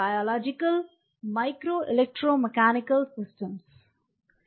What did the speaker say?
biological micro electromechanical systems